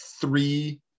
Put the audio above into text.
three